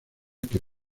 que